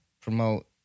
promote